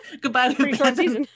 Goodbye